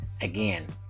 again